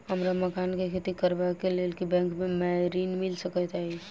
हमरा मखान केँ खेती करबाक केँ लेल की बैंक मै ऋण मिल सकैत अई?